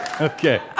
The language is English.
Okay